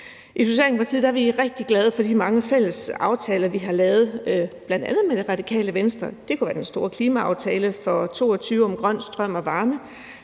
I Socialdemokratiet er vi rigtig glade for de mange fælles aftaler, vi har lavet, bl.a. med Radikale Venstre. Her kan nævnes den store klimaaftale for 2022 om grøn strøm og varme,